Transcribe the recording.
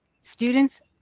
students